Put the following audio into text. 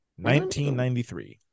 1993